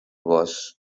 was